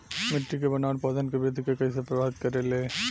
मिट्टी के बनावट पौधन के वृद्धि के कइसे प्रभावित करे ले?